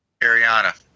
Ariana